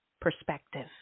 perspective